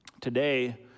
Today